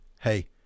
Hey